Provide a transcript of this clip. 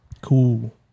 cool